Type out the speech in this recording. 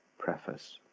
preface